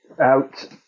out